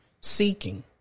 seeking